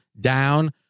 down